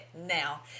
now